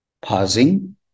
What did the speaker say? pausing